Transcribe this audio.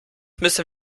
müssen